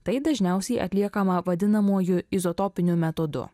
tai dažniausiai atliekama vadinamuoju izotopiniu metodu